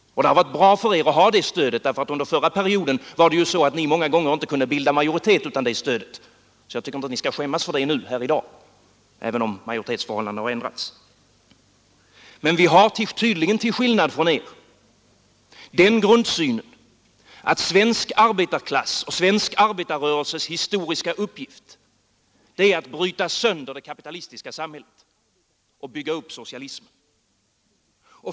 Och det har varit bra för er att ha det stödet, då ni ju under förra perioden många gånger inte kunde bilda majoritet utan det stödet. Så jag tycker inte ni skall skämmas för det här i dag, även om majoritetsförhållandena har ändrats. Men vi har tydligen, till skillnad från er, den grundsynen att den historiska uppgiften för svensk arbetarklass och svensk arbetarrörelse är att bryta sönder det kapitalistiska samhället och bygga upp socialism.